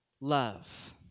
love